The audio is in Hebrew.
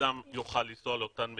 אדם יוכל לנסוע לאותן מדינות,